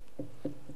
יאיר לפיד.